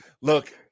Look